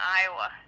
Iowa